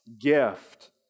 gift